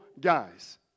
guys